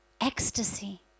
ecstasy